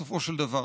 בסופו של דבר.